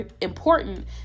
important